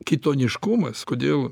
kitoniškumas kodėl